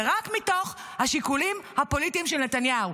ורק מתוך השיקולים הפוליטיים של נתניהו.